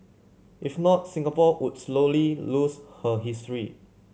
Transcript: if not Singapore would slowly lose her history